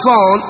Son